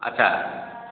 ଆଚ୍ଛା